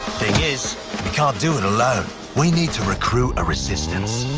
thing is we can't do it alone we need to recruit a resistance.